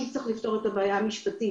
צריך לפתור את הבעיה המשפטית.